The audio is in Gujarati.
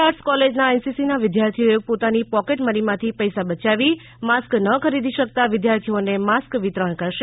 આર્ટસ કોલેજના એનસીસીના વિદ્યાર્થીઓએ પોતાની પોકેટ મનીમાંથી પૈસા બયાવી માસ્ક ન ખરીદી શકતા વિદ્યાર્થીઓને માસ્ક વિતરણ કરશે